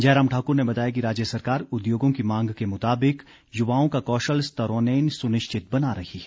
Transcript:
जयराम ठाकुर ने बताया कि राज्य सरकार उद्योगों की मांग के मुताबिक युवाओं का कौशल स्तरोन्यन सुनिश्चित बना रही है